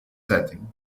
setting